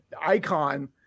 icon